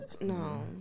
No